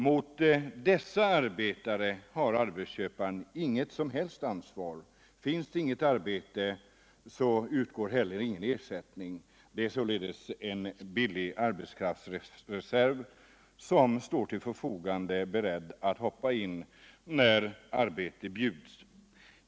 Mot dessa arbetare har arbetsköparen inget som helst ansvar. Finns det inget arbete, utgår heller ingen ersättning. Det är således en billig arbetskraftsreserv, som alltid står till förfogande beredd att hoppa in när arbete bjuds.